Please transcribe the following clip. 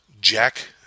Jack